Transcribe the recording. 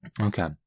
Okay